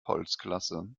holzklasse